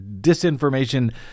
disinformation